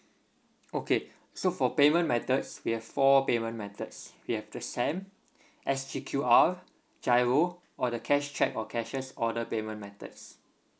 okay so for payment methods we have four payment methods we have the SAM S_G_Q_R giro or the cash cheque or cashier's order payment methods